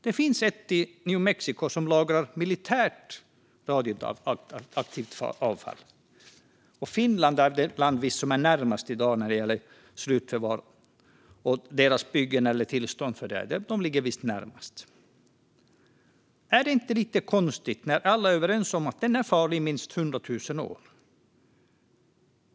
Det finns ett i New Mexico som lagrar militärt radioaktivt avfall. Finland är visst det land som i dag kommit längst med att bygga för slutförvar eller ge tillstånd till det. Är inte detta lite konstigt när alla ju är överens om att detta är farligt i minst hundra tusen år?